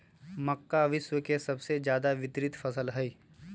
मक्का विश्व के सबसे ज्यादा वितरित फसल हई